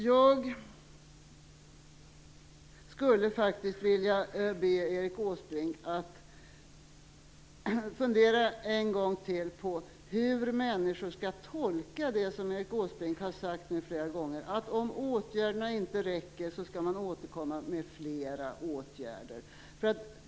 Jag skulle vilja be Erik Åsbrink att fundera en gång till på hur människor skall tolka det som Erik Åsbrink nu har sagt flera gånger, nämligen att om de här åtgärderna inte räcker skall man återkomma med fler.